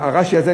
הרש"י הזה,